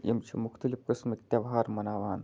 یِم چھِ مختلف قسمٕکۍ تہوار مناوان